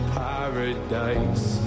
paradise